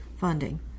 funding